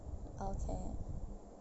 okay